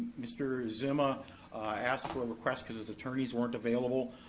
mr. zima asked for a request cause his attorneys weren't available,